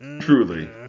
Truly